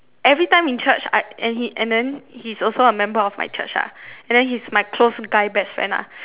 everytime in church I and he and then he's also a member of my church lah and then he's my close guy best friend lah